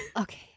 okay